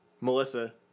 Melissa